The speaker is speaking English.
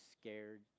scared